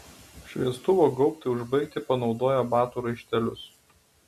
šviestuvo gaubtui užbaigti panaudojo batų raištelius